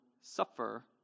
suffer